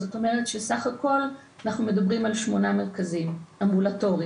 זאת אומרת שבסך הכל אנחנו מדברים על שמונה מרכזים אמבולטוריים.